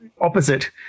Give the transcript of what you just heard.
opposite